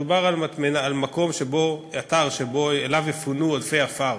מדובר על אתר שאליו יפונו עודפי עפר.